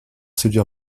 séduire